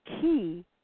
key